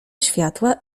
światła